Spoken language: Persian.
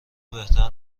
بهتر